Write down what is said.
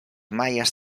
maies